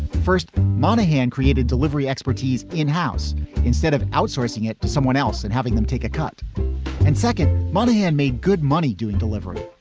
first, monahan created delivery expertise in-house instead of outsourcing it to someone else and having them take a cut and second money and make good money doing delivery.